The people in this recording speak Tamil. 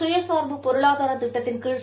சுயசார்பு பொருளாதார திட்டத்தின்கீழ்